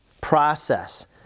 process